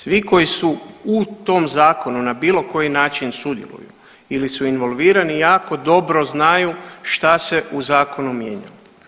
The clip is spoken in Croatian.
Svi koji su u tom Zakonu na bilo koji način sudjeluju ili su involvirani, jako dobro znaju šta se u zakonu mijenja.